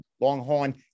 Longhorn